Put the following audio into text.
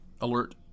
alert